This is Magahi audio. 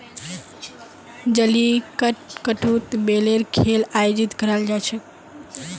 जलीकट्टूत बैलेर खेल आयोजित कराल जा छेक